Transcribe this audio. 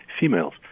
females